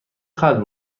قدر